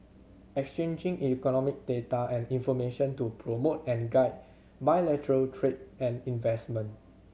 exchanging economic data and information to promote and guide bilateral trade and investment